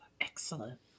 excellent